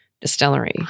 Distillery